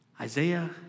Isaiah